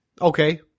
Okay